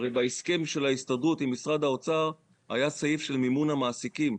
הרי בהסכם של ההסתדרות עם משרד האוצר היה סעיף של מימון המעסיקים,